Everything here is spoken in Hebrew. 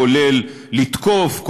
כולל תקיפה,